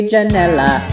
Janella